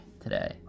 today